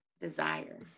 desire